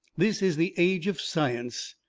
this is the age of science.